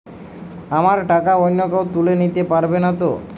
আমার টাকা অন্য কেউ তুলে নিতে পারবে নাতো?